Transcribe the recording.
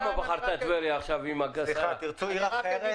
למה בחרת את טבריה עכשיו --- תרצו עיר אחרת?